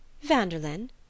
Vanderlyn